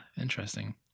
interesting